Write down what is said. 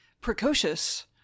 Precocious